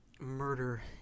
murder